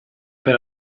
per